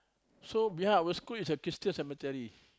so behind our school is a Christian cemetery